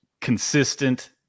consistent